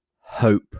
hope